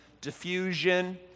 diffusion